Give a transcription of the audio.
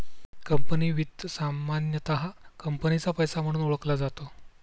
company वित्त सामान्यतः कंपनीचा पैसा म्हणून ओळखला जातो